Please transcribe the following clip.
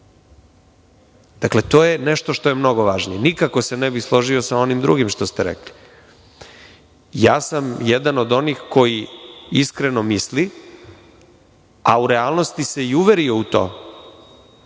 to je nešto što je mnogo važnije i nikako se ne bih složio sa onim drugim što ste rekli. Ja sam jedan od onih koji iskreno misli, a u relanosti se i uverio u to,